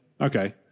Okay